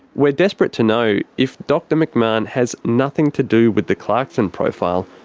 we're desperate to know if dr mcmahon has nothing to do with the clarkson profile,